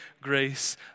grace